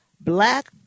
Black